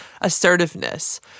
assertiveness